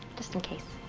just in case.